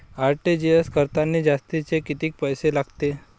RTGS करतांनी जास्तचे कितीक पैसे लागते?